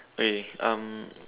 okay um